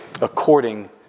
according